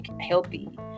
healthy